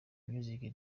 music